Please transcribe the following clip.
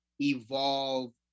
evolve